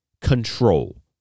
control